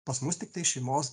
pas mus tiktai šeimos